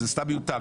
אז זה סתם מיותר.